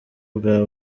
bwa